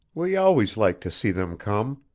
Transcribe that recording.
we always like to see them come,